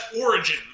origin